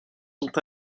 sont